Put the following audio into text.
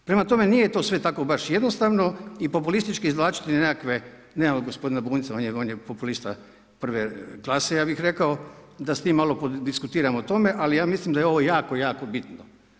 Prema tome, nije to sve tako baš jednostavno i populistički izvlačiti na nekakve, nema gospodina Bunjca, on je populista prve klase, ja bih rekao, da s njim malo prodiskutiram o tome, ali ja mislim da je ovo jako jako bitno.